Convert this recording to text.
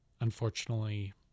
unfortunately